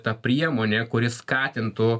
ta priemonė kuri skatintų